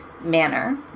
manner